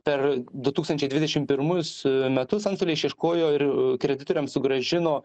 per du tūkstančiai dvidešim pirmus metus antstoliai išieškojo ir kreditoriams sugrąžino